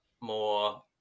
more